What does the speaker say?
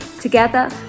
Together